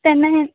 त्यांना हे